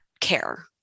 care